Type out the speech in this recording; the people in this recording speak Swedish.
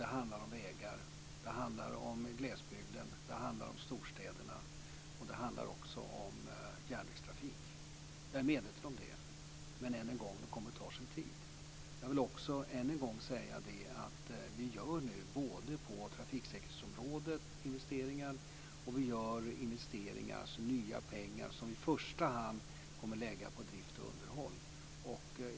Det handlar om vägarna, det handlar om glesbygden, det handlar om storstäderna och det handlar också om järnvägstrafiken. Jag är medveten om det. Men än en gång: Det kommer att ta sin tid. Jag vill också än en gång säga att vi nu gör investeringar på trafiksäkerhetsområdet. Det blir också investeringar och nya pengar som vi i första hand kommer att lägga på drift och underhåll.